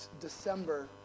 December